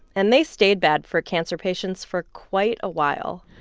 and they stayed bad for cancer patients for quite a while.